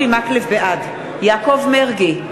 בעד יעקב מרגי,